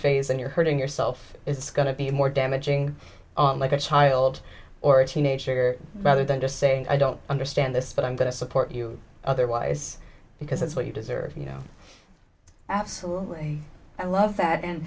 phase and you're hurting yourself it's going to be more damaging like a child or a teenager rather than just saying i don't understand this but i'm going to support you otherwise because it's what you deserve you know absolutely i love that and